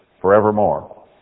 forevermore